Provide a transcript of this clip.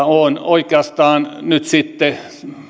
olen oikeastaan nyt sitten